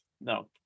no